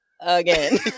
again